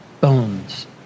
bones